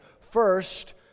First